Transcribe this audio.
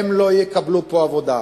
הם לא יקבלו פה עבודה,